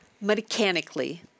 mechanically